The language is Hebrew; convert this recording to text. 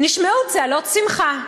נשמעו צהלות שמחה.